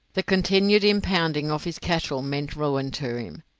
the continued impounding of his cattle meant ruin to him,